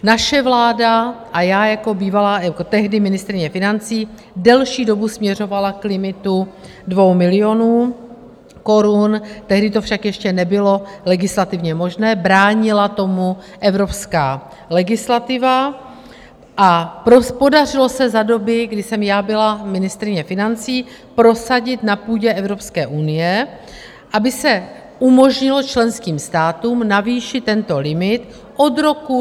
Naše vláda a já jako bývalá, jako tehdy ministryně financí, delší dobu směřovala k limitu 2 milionů korun, tehdy to však ještě nebylo legislativně možné, bránila tomu evropská legislativa, a podařilo se za doby, kdy jsem byla ministryně financí, prosadit na půdě Evropské unie, aby se umožnilo členským státům navýšit tento limit od roku 2025.